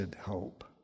hope